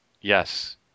Yes